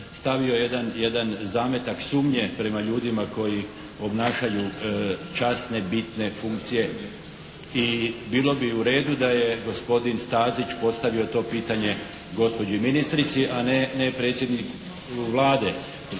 stavio jedan zametak sumnje prema ljudima koji obnašaju časne, bitne funkcije i bilo bi u redu da je gospodin Stazić postavio to pitanje gospođi ministrici, a ne predsjedniku Vlade.